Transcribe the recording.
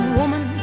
woman